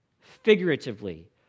Figuratively